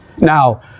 Now